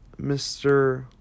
Mr